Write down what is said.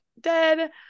dead